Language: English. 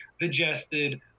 digested